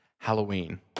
Halloween